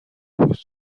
بود